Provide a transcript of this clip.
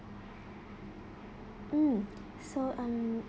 mm so um